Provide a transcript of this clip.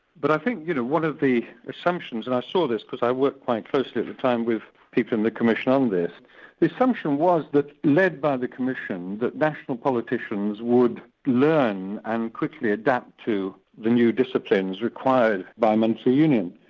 but i think you know one of the assumptions and i saw this because i worked quite closely at the time with people in the commission on this the assumption was that, led by the commission, that national politicians would learn and quickly adapt to the new disciplines required by monetary union.